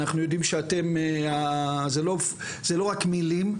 זה לא רק מילים.